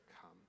come